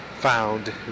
Found